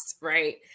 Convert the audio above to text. Right